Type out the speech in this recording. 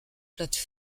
plates